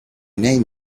name